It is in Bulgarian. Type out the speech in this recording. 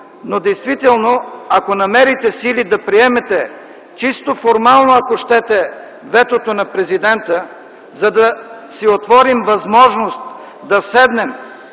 но действително, ако намерите сили да приемете чисто формално, ако щете, ветото на президента, за да си отворим възможност да седнем